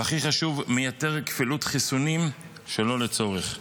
והכי חשוב, מייתר כפילות חיסונים שלא לצורך.